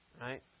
right